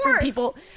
people